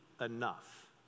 enough